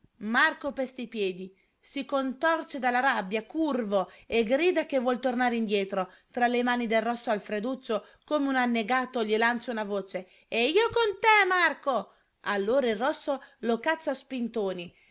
marco pesta i piedi si contorce dalla rabbia curvo e grida che vuol tornare indietro tra le mani del rosso alfreduccio come un annegato gli lancia una voce e io con te marco allora il rosso lo caccia a spintoni